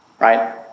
Right